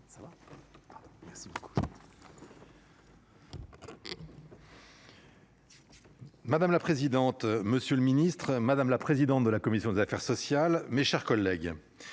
Madame la présidente, monsieur le ministre, madame la présidente de la commission des affaires sociales, mes chers collègues.